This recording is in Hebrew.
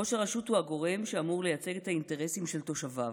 ראש הרשות הוא הגורם שאמור לייצג את האינטרסים של תושביו,